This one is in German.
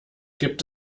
gibt